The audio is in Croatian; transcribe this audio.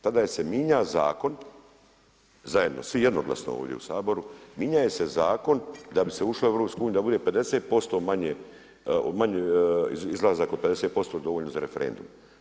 Tada se mijenja zakon zajedno, svi jednoglasno ovdje u Saboru, mijenja se zakon da bi se ušlo u EU, da bude 50% manje, izlazak od 50% dovoljno za referendum.